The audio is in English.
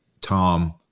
Tom